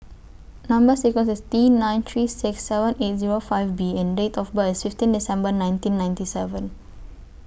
Number sequence IS T nine three six seven eight Zero five B and Date of birth IS fifteen December nineteen ninety seven